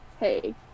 Hey